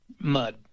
mud